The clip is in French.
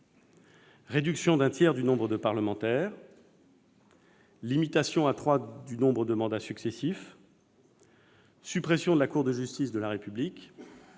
Réduction d'un tiers du nombre de parlementaires, limitation à trois du nombre de mandats successifs, suppression de la Cour de justice de la République,